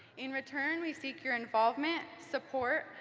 in return, we seek your involvement, support,